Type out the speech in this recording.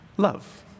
Love